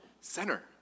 center